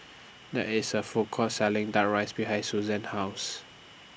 There IS A Food Court Selling Duck Rice behind Suzann's House